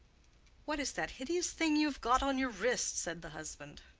what is that hideous thing you have got on your wrist? said the husband.